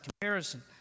comparison